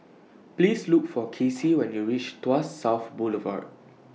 Please Look For Kasey when YOU REACH Tuas South Boulevard